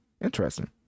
Interesting